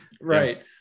Right